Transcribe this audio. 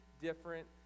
different